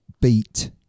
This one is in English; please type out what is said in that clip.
beat